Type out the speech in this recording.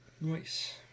Nice